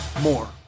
more